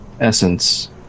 essence